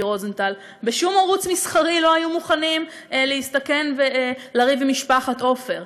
רוזנטל: בשום ערוץ מסחרי לא היו מוכנים להסתכן ולריב עם משפחת עופר.